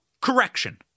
correction